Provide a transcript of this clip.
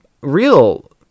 real